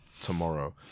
tomorrow